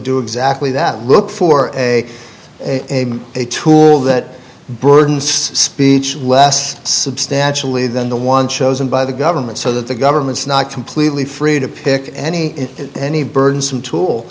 do exactly that look for a a a tool that burden speech last substantially than the one chosen by the government so that the government is not completely free to pick any any burdensome tool